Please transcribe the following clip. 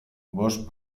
bost